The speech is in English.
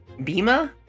Bima